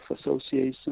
association